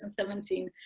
2017